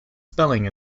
spelling